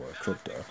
crypto